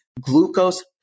glucose